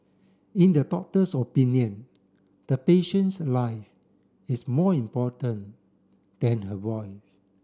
in the doctor's opinion the patient's life is more important than her voice